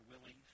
willing